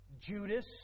Judas